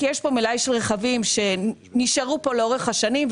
כי יש פה מלאי של רכבים שנשארו פה לאורך השנים,